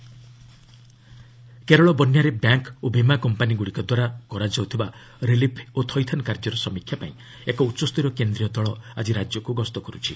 Kerala flood Kerala ବନ୍ୟାରେ bank ଓ ବୀମା କମ୍ପାନିଗୁଡ଼ିକ ଦ୍ୱାରା କରାଯାଉଥିବା ରିଲିଫ୍ ଓ ଥଇଥାନ କାର୍ଯ୍ୟର ସମୀକ୍ଷା ଲାଗି ଏକ ଉଚ୍ଚସ୍ତରୀୟ କେନ୍ଦ୍ରୀୟ ଦଳ ଆଜି ରାଜ୍ୟକୁ ଗସ୍ତ କରୁଛି